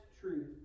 truth